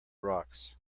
rocks